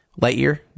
Lightyear